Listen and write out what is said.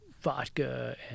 vodka